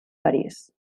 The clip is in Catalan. parís